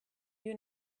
you